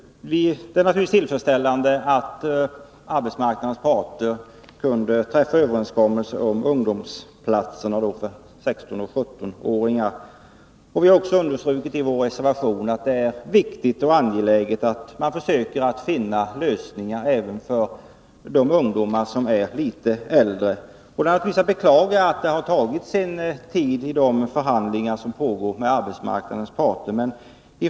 Det är naturligtvis tillfredsställande att arbetsmarknadens parter kunde träffa en överenskommelse om ungdomsplatserna för 16 och 17-åringar. I vår reservation har vi understrukit att det är viktigt och angeläget att man försöker finna lösningar även för de ungdomar som är litet äldre. Självfallet är det att beklaga att de förhandlingar som pågår med arbetsmarknadens parter har tagit sin tid.